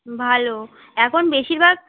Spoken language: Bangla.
ভালো এখন বেশিরভাগ